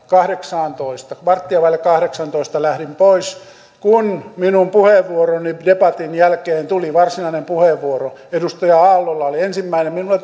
kahdeksantoista varttia vaille kahdeksantoista lähdin pois kun minun puheenvuoroni debatin jälkeen tuli varsinainen puheenvuoro edustaja aallolla oli ensimmäinen minulla